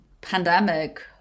pandemic